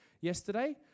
yesterday